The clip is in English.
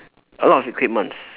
a lot of equipment